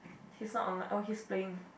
he's not online oh he's playing